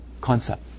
concept